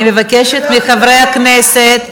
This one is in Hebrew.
אני מבקשת מחברי הכנסת,